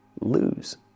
lose